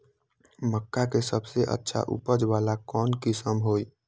मक्का के सबसे अच्छा उपज वाला कौन किस्म होई?